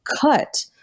cut